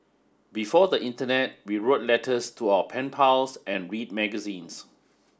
before the internet we wrote letters to our pen pals and read magazines